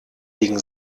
wegen